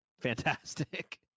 Fantastic